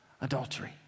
Adultery